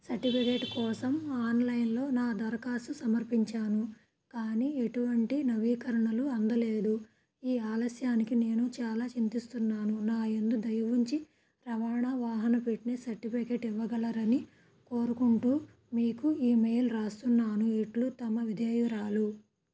certificate కోసం ఆన్లైన్లో నా దరఖాస్తు సమర్పించాను కానీ ఎటువంటి నవీకరణలు అందలేదు ఈ ఆలస్యానికి నేను చాలా చింతిస్తున్నాను నా ఎందు దైవుంచి రవాణా వాహన పిట్నెస్ సర్టిఫికేట్ ఇవ్వగలరని కోరుకుంటూ మీకు ఈమెయిల్ రాస్తున్నాను ఇట్లు తమ విధేయురాలు